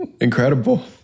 Incredible